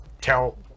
tell